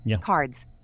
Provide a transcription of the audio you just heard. Cards